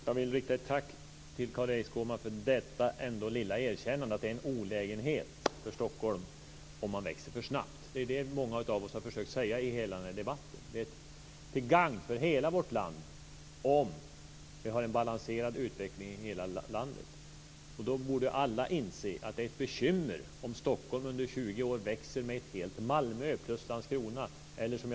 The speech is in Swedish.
Fru talman! Jag vill rikta ett tack till Carl-Erik Skårman för det lilla erkännandet att det är en olägenhet för Stockholm om man växer för snabbt. Det är det många av oss har försökt säga i denna debatt. Det är till gagn för hela vårt land om vi har en balanserad utveckling i hela landet. Då borde alla inse att det är ett bekymmer om Stockholm växer med ett helt Malmö plus Landskrona på 20 år.